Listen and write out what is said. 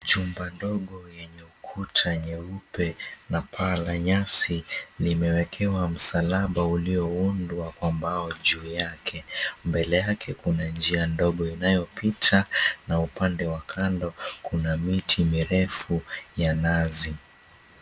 jumba ndogo yenye ukuta nyeupe na paa la nyasi limewekewa msalaba ulioundwa kwa mbao juu yake. Mbele yake kuna njia ndogo inayopita na upande wa kando kuna miti mirefu ya nazi.